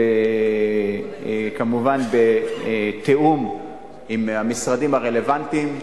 כמובן בתיאום עם המשרדים הרלוונטיים,